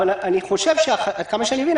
אבל עד כמה שאני מבין,